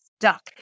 stuck